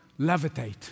levitate